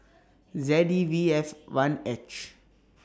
Z E V F one H